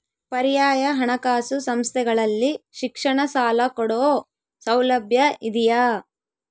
ಪರ್ಯಾಯ ಹಣಕಾಸು ಸಂಸ್ಥೆಗಳಲ್ಲಿ ಶಿಕ್ಷಣ ಸಾಲ ಕೊಡೋ ಸೌಲಭ್ಯ ಇದಿಯಾ?